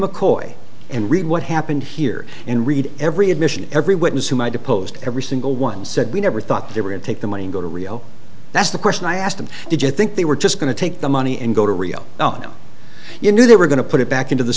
mccoy and read what happened here and read every admission every witness who might deposed every single one said we never thought they were to take the money and go to rio that's the question i asked them did you think they were just going to take the money and go to rio you knew they were going to put it back into the